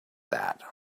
that